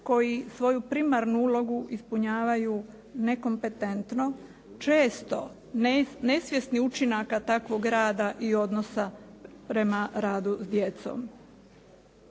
koji svoju primarnu ulogu ispunjavaju nekompetentno, često nesvjesnih učinaka takvog rada i odnosa prema radu s djecom.